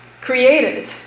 created